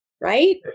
right